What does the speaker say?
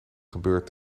gebeurd